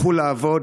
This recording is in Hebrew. לכו לעבוד,